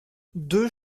deux